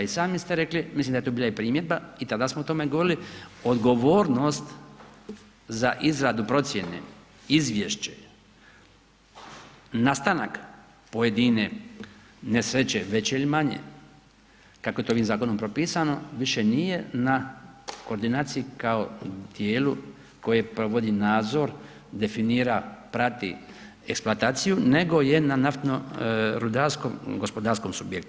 I sami ste rekli, mislim da je to bila i primjedba i tada smo o tome govorili odgovornost za izradu procjene, izvješće, nastanak pojedine nesreće veće ili manje kako je to ovim zakonom propisano više nije na koordinaciji kao tijelu koje provodi nadzor, definira, prati eksploataciju, nego je na naftno-rudarskom gospodarskom subjektu.